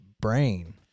brain